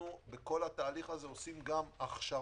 בכל התהליך הזה אנחנו עושים גם הכשרה